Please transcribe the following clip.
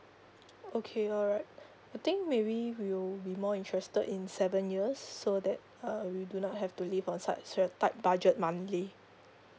okay alright I think maybe we will be more interested in seven years so that uh we do not have to live on such stre~ tight budget monthly